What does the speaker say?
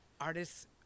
artists